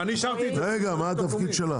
בבקשה.